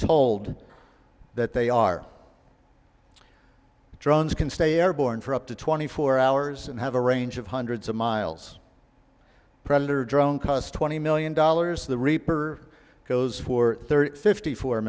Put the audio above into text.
told that they are drones can stay airborne for up to twenty four hours and have a range of hundreds of miles predator drone costs twenty million dollars the reaper goes for thirty fifty four